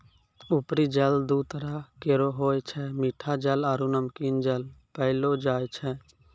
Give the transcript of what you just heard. उपरी जल दू तरह केरो होय छै मीठा जल आरु नमकीन जल पैलो जाय छै